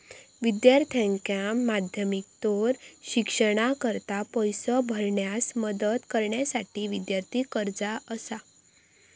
विद्यार्थ्यांका माध्यमिकोत्तर शिक्षणाकरता पैसो भरण्यास मदत करण्यासाठी विद्यार्थी कर्जा असा